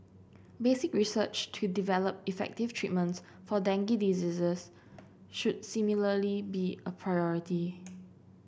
basic research to develop effective treatments for dengue diseases should similarly be a priority